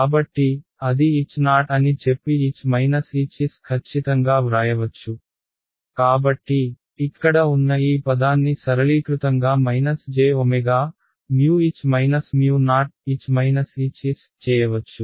కాబట్టి అది Ho అని చెప్పి H Hs ఖచ్చితంగా వ్రాయవచ్చు కాబట్టి ఇక్కడ ఉన్న ఈ పదాన్ని సరళీకృతంగా j H o చేయవచ్చు